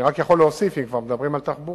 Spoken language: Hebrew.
אני רק יכול להוסיף, אם כבר מדברים על תחבורה,